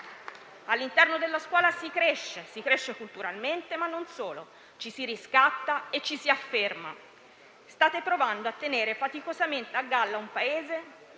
All'interno della scuola si cresce culturalmente, ma non solo. Ci si riscatta, ci si afferma. State provando a tenere faticosamente a galla un Paese